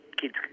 kids